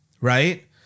Right